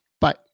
Bye